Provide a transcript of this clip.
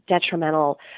detrimental